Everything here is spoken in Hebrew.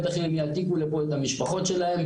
בטח אם הם יעתיקו לפה את המשפחות שלהם,